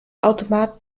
automat